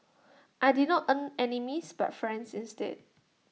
I did not earn enemies but friends instead